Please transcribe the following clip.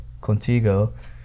Contigo